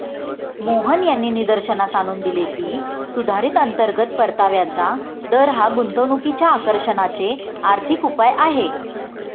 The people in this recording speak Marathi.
मोहन यांनी निदर्शनास आणून दिले की, सुधारित अंतर्गत परताव्याचा दर हा गुंतवणुकीच्या आकर्षणाचे आर्थिक उपाय आहे